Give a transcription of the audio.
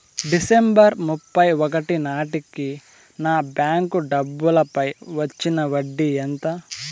December ముప్పై ఒకటి నాటేకి నా బ్యాంకు డబ్బుల పై వచ్చిన వడ్డీ ఎంత?